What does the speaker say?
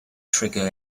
trigger